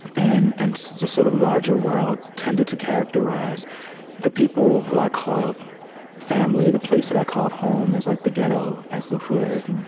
and and the sort of larger world tended to characterize the people who i called family, the place that i called home as like the ghetto, as the hood,